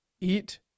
eat